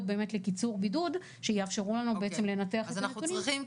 לקיצור בידוד שיאפשרו לנו לנתח את הנתונים.